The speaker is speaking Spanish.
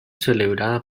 celebrada